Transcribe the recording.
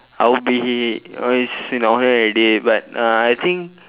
how big all this in your head already but uh I think